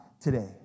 Today